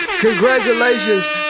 Congratulations